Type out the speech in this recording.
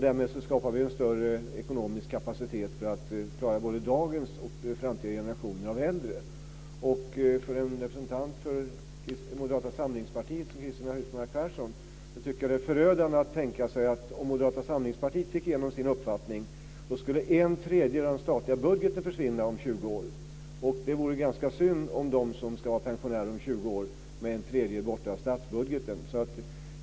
Därmed skapar vi en större ekonomisk kapacitet för att klara dagens och framtidens generationer av äldre. Det vore förödande om Moderata samlingspartiet fick igenom sin uppfattning. Då skulle en tredjedel av den statliga budgeten försvinna om 20 år. Det vore synd om dem som är pensionärer om 20 år om en tredjedel av statsbudgeten är borta.